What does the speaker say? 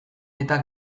eta